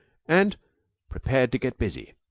and prepared to get busy.